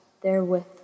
therewith